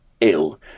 ill